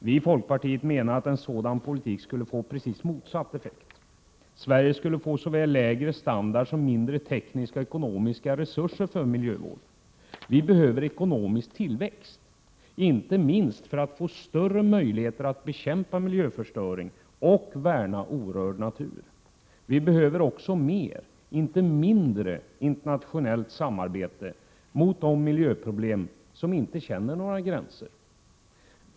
Vi i folkpartiet menar att en sådan politik skulle få en helt motsatt effekt. Sverige skulle få såväl lägre standard som mindre tekniska och ekonomiska resurser för miljövård. Vi behöver ekonomisk tillväxt, inte minst för att få större möjligheter att bekämpa miljöförstöring och för att värna orörd natur. Vi behöver också mer, inte mindre, internationellt samarbete beträffande miljöproblem som inte känner några gränser.